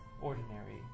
ordinary